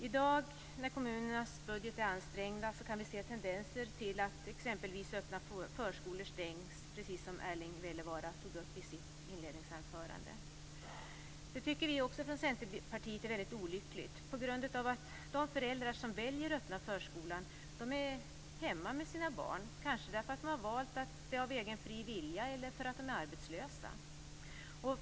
I dag när kommunernas budgetar är ansträngda kan vi se tendenser till att exempelvis öppna förskolor stängs, precis som Erling Wälivaara tog upp i sitt inledningsanförande. Det är olyckligt på grund av att de föräldrar som väljer den öppna förskolan är hemma med sina barn, kanske för att de valt det av egen fri vilja eller för att de är arbetslösa.